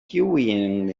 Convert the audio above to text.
queuing